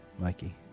Mikey